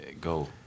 go